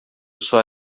sua